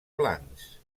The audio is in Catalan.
blancs